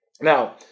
Now